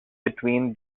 between